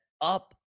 up